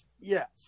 Yes